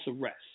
arrest